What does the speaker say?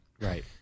right